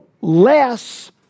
less